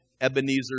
Ebenezer